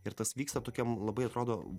ir tas vyksta tokiam labai atrodo